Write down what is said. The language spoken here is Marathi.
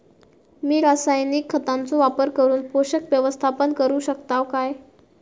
मी रासायनिक खतांचो वापर करून पोषक व्यवस्थापन करू शकताव काय?